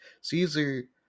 caesar